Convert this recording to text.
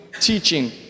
teaching